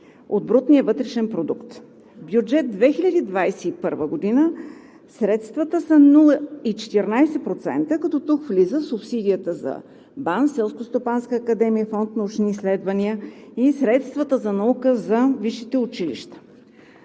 от брутния вътрешен продукт. В бюджет 2021 г. средствата са 0,14%, като тук влиза субсидията за БАН, Селскостопанска академия, Фонд „Научни изследвания“ и средствата за наука за висшите училища.